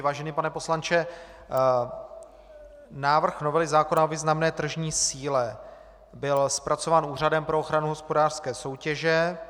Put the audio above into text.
Vážený pane poslanče, návrh novely zákona o významné tržní síle byl zpracován Úřadem pro ochranu hospodářské soutěže.